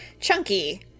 chunky